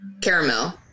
Caramel